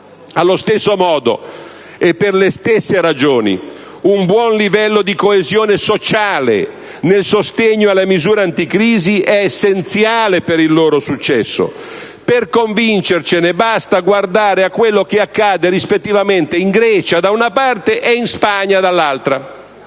Allo stesso modo, e per le stesse ragioni, un buon livello di coesione sociale nel sostegno alle misure anticrisi è essenziale per il loro successo. Per convincersene basta guardare quanto accade rispettivamente in Grecia e in Spagna.